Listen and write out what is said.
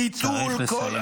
ביטול -- צריך לסיים.